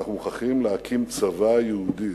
שאנחנו מוכרחים להקים צבא יהודי.